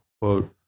quote